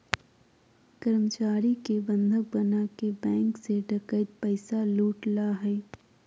कर्मचारी के बंधक बनाके बैंक से डकैत पैसा लूट ला हइ